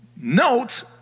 Note